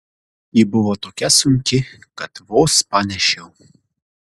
ji buvo tokia sunki kad vos panešiau